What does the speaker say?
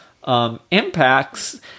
Impacts